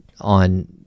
on